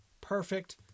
Perfect